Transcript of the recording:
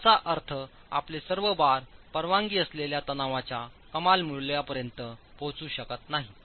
याचा अर्थ आपले सर्व बार परवानगी असलेल्या तणावाच्या कमाल मूल्यापर्यंत पोहोचू शकत नाहीत